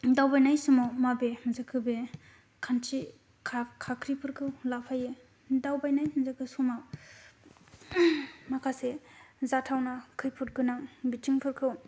दावबायनायाव समाव माबे जोखो बे खान्थि खाख्रिफोरखौ लाफायो दावबायनायाव जोखो समाव माखासे जाथावना खैफोदगोनां बिथिंफोरखौ